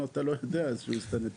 אתה לא יודע שהוא הסתנן.